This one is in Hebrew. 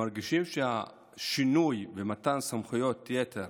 אנחנו מרגישים שהשינוי במתן סמכויות יתר